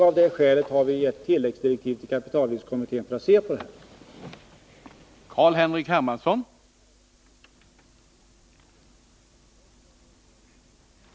Av det skälet har vi gett kapitalvinstkommittén tilläggsdirektiv att se på reglerna för skattebefrielse vid sammanslagning av företag.